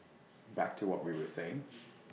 back to what we were saying